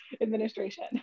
administration